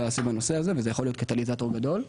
סביב הנושא הזה וזה יכול להיות קטליזטור גדול.